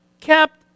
kept